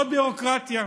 עוד ביורוקרטיה,